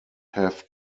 have